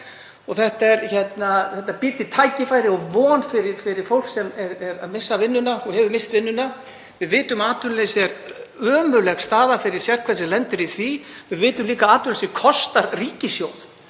Þetta býr til tækifæri og von fyrir fólk sem er að missa vinnuna og hefur misst vinnuna. Við vitum að atvinnuleysi er ömurleg staða fyrir hvern sem lendir í því. Við vitum líka að atvinnuleysi kostar ríkissjóð.